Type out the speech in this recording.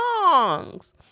songs